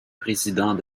président